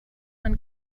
man